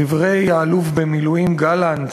דברי האלוף במילואים גלנט,